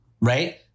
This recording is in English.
right